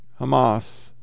Hamas